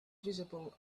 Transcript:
visible